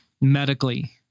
medically